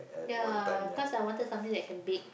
ya cause I wanted something that can bake